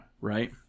Right